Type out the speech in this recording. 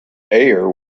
eyre